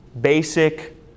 basic